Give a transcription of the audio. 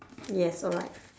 yes alright